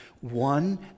one